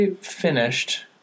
finished